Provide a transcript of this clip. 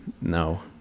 No